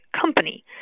company